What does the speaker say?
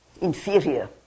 inferior